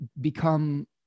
become